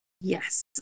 yes